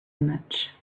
much